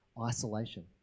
isolation